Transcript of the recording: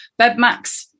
Bedmax